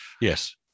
Yes